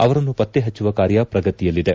ಅವರನ್ನು ಪತ್ತೆ ಪಚ್ಚುವ ಕಾರ್ಯ ಪ್ರಗತಿಯಲ್ಲಿದೆ